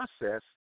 process